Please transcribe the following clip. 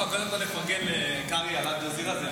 קודם כול, נפרגן לקרעי על אל-ג'זירה.